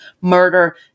murder